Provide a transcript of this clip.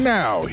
now